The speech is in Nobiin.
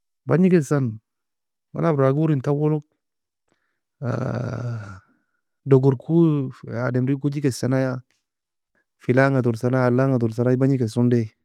Bagni kesa man abragour en taue log dogour ko ademri torjekesa neia فلان ga torsa naiea علان ga torsa neia bangi kes ondai